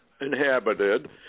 inhabited